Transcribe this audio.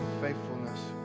faithfulness